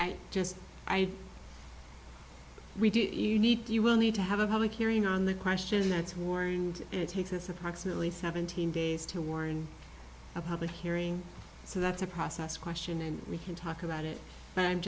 read it you need you will need to have a public hearing on the question that's warned it takes us approximately seventeen days to warn a public hearing so that's a process question and we can talk about it but i'm